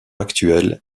actuelle